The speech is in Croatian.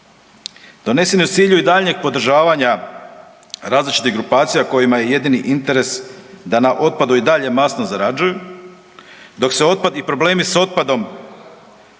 donesen je u cilju daljnjeg podržavanja različitih grupacija kojima je jedini interes da na otpadu i dalje masno zarađuju dok se otpadni problemi s otpadom